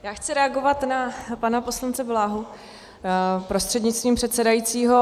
Já chci reagovat na pana poslance Bláhu prostřednictvím předsedajícího.